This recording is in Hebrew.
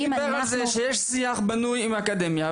השר דיבר על זה שיש שיח בנוי עם האקדמיה,